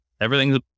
Everything's